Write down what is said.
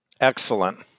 Excellent